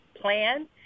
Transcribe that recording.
plan